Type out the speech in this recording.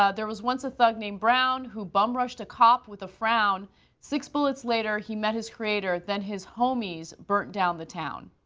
ah there was once a thug named brown who bum rushed a cop with a frown six bullets later he met his creator then his homies burnt down the town.